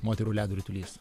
moterų ledo ritulys